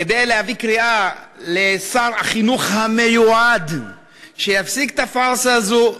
כדי לקרוא לשר החינוך המיועד שיפסיק את הפארסה הזאת,